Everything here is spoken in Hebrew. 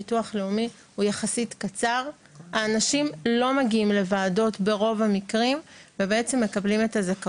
חשוב להגיד שזה נכון ורלוונטי גם עבור אנשים מבוגרים ועבור ילדים.